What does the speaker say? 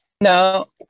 no